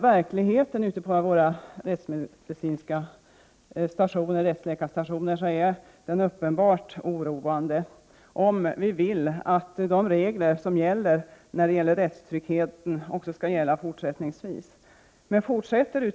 Verkligheten ute på våra rättsläkarstationer är uppenbart oroande, om man vill att de regler som gäller för rättssäkerheten också skall gälla fortsättningsvis.